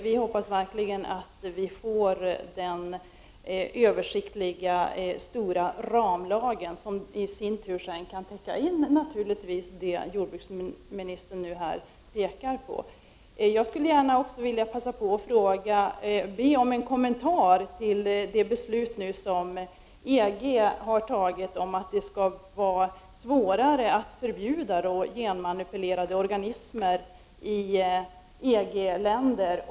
Vi hoppas verkligen att vi får den översiktliga, stora ramlag som i sin tur naturligtvis kan täcka in det som jordbruksministern här pekar på. Jag skulle också gärna vilja be om en kommentar till det beslut som EG har fattat om att det skall bli svårare att förbjuda genmanipulerade organismer i EG-länder.